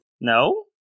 No